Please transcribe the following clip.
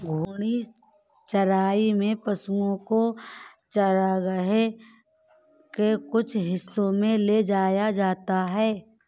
घूर्णी चराई में पशुओ को चरगाह के कुछ हिस्सों में ले जाया जाता है